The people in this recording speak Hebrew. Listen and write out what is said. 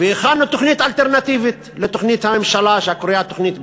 והכנו תוכנית אלטרנטיבית לתוכנית הממשלה שקרויה "תוכנית פראוור".